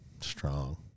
strong